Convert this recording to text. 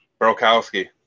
Brokowski